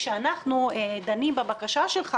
כאשר אנחנו דנים בבקשה שלך